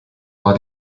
war